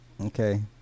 okay